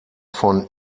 von